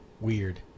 Weird